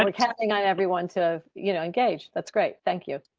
um counting on everyone to you know engage. that's great. thank you.